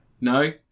No